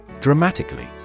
Dramatically